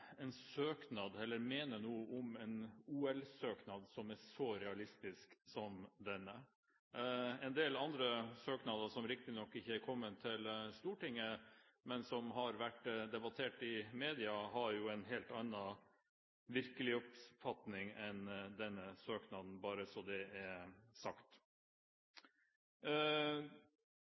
en søknad, eller mene noe om en OL-søknad, som er så realistisk som denne. En del andre søknader, som riktignok ikke er kommet til Stortinget, men som har vært debattert i media, har jo en helt annen virkelighetsoppfatning enn denne søknaden, bare så det er